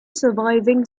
surviving